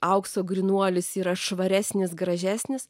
aukso grynuolis yra švaresnis gražesnis